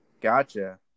Gotcha